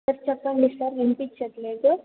sir చెప్పండి sir వినిపించట్లేదు